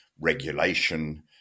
regulation